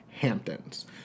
Hamptons